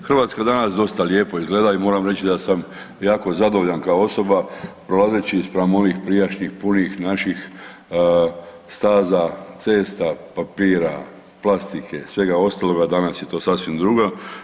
Hrvatska danas dosta lijepo izgleda i moram reći da sam jako zadovoljan kao osoba prolazeći spram onih prijašnjih punih naših staza, cesta papira, plastike i svega ostaloga, danas je to sasvim drugo.